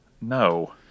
No